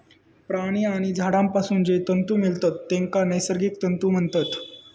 प्राणी आणि झाडांपासून जे तंतु मिळतत तेंका नैसर्गिक तंतु म्हणतत